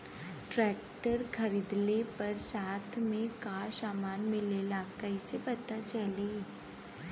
Tractor खरीदले पर साथ में का समान मिलेला कईसे पता चली?